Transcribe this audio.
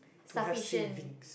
to have savings